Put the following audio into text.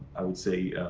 i would say,